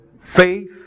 faith